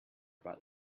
but